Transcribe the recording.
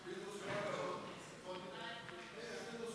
תשלום גמלת ילד נכה לאומן בעד ילד הנמצא